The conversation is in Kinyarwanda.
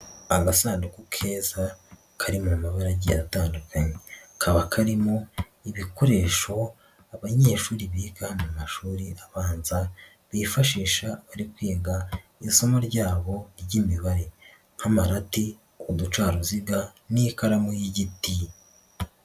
Agasanduku keza kari mu mabara agiye atandukanye, kaba karimo ibikoresho abanyeshuri biga mu mashuri abanza bifashisha bari kwigaga isomo ryabo ry'imibare nk'amarati, uducaruziga, n'ikaramu y'igiti.